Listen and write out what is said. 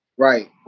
right